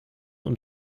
und